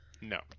no